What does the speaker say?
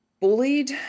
bullied